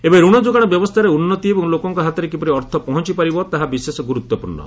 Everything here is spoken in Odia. ଏବେ ରଣ ଯୋଗାଣ ବ୍ୟବସ୍ଥାରେ ଉନ୍ତି ଏବଂ ଲୋକଙ୍କ ହାତରେ କିପରି ଅର୍ଥ ପହଞ୍ଚ ପାରିବ ତାହା ବିଶେଷ ଗୁରୁତ୍ୱପୂର୍ଣ୍ଣ